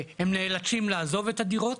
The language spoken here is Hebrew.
הם נאלצים לעזוב את הדירות.